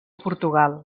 portugal